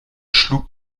schlug